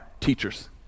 teachers